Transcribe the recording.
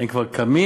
הם כבר קמים,